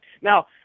Now